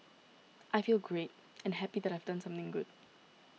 I feel great and happy that I've done something good